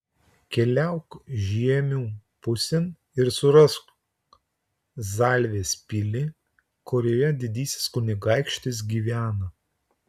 keliauk žiemių pusėn ir surask zalvės pilį kurioje didysis kunigaikštis gyvena